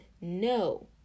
No